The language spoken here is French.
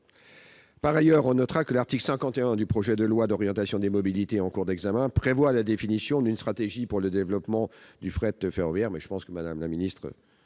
Par ailleurs, on notera que l'article 51 du projet de loi d'orientation des mobilités, en cours d'examen, prévoit déjà la définition d'une stratégie pour le développement du fret ferroviaire